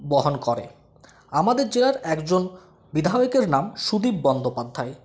বহন করে আমাদের জেলার একজন বিধায়কের নাম সুদীপ বন্দ্যোপাধ্যায়